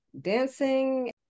dancing